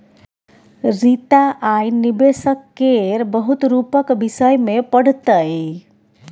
रीता आय निबेशक केर बहुत रुपक विषय मे पढ़तै